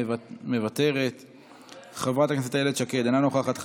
אינה נוכחת,